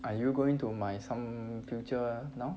are you going to 买 some future now